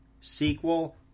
sequel